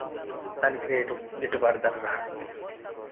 దానికి రేటు గిట్టు బాటు ధర రాదు